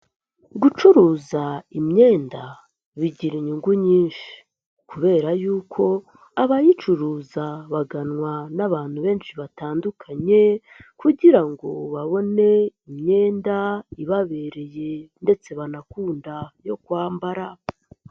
Gucuruza imyenda bigira inyungu nyinshi kubera yuko abayicuruza baganwa n'abantu benshi batandukanye kugira ngo babone imyenda ibabereye ndetse banakunda yo kwambara.